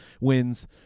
wins